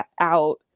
out